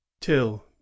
till